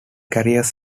carriers